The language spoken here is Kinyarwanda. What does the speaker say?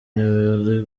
niwe